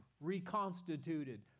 reconstituted